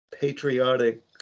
patriotic